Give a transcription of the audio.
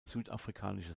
südafrikanische